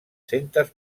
centes